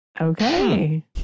okay